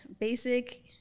basic